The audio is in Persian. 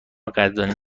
قدردانی